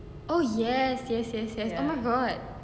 oh yes yes yes yes oh my god